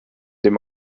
dem